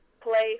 play